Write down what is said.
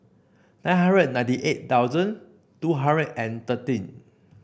nine hundred ninety eight thousand two hundred and thirteen